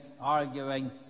arguing